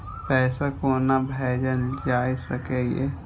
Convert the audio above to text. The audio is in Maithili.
पैसा कोना भैजल जाय सके ये